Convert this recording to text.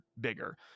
bigger